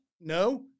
No